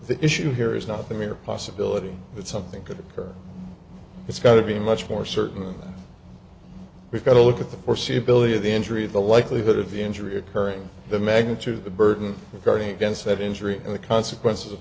the issue here is not the mere possibility that something could occur it's going to be much more certain that we've got to look at the foreseeability of the injury the likelihood of the injury occurring the magnitude of the burden regarding against that injury and the consequences of